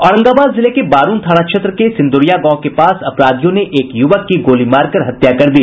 औरंगाबाद जिले के बारूण थाना क्षेत्र के सिंदुरिया गांव के पास अपराधियों ने एक यूवक की गोली मारकर हत्या कर दी